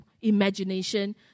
imagination